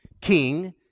King